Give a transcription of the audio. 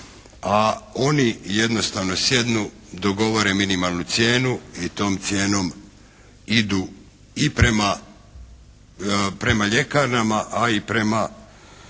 a oni jednostavno sjednu, dogovore minimalnu cijenu i tom cijenom idu i prema ljekarnama, a i prema